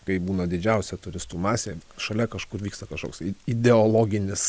kai būna didžiausia turistų masė šalia kažkur vyksta kažkoks ideologinis